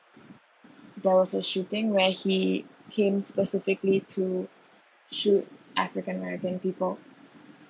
there was a shooting where he came specifically to shoot african american people